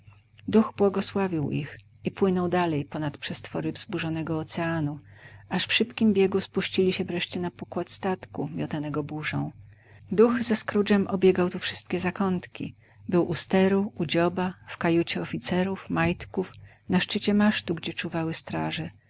duch błogosławił ich i płynął dalej ponad przestwory wzburzonego oceanu aż w szybkim biegu spuścili się wreszcie na pokład statku miotanego burzą duch ze scroogem obiegał tu wszystkie zakątki był u steru u dzioba w kajucie oficerów majtków na szczycie masztu gdzie czuwały straże